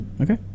Okay